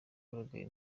wagaragaye